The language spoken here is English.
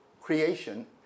creation